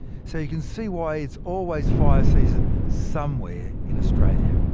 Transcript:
so you can see why it's always fire season somewhere in australia.